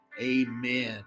amen